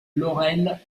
laurel